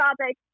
topic